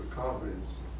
Confidence